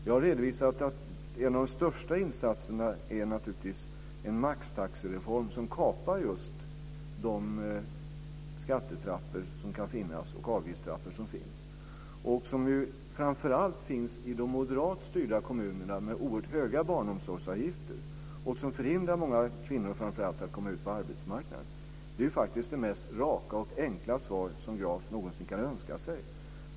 Jag har redovisat att en av de största insatserna är naturligtvis en maxtaxereform som just kapar de skattetrappor och avgiftstrappor som finns och som framför allt finns i de moderatstyrda kommunerna med oerhört höga barnomsorgsavgifter, vilket hindrar många, framför allt, kvinnor att komma ut på arbetsmarknaden. Det är faktiskt det mest enkla och raka svar som Graf någonsin kan önska sig.